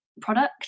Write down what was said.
product